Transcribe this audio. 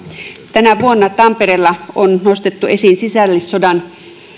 tänä vuonna tampereella on nostettu esiin sisällissodan